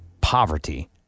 poverty